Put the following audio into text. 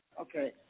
Okay